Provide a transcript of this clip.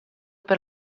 per